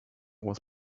was